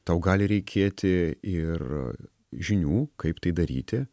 tau gali reikėti ir žinių kaip tai daryti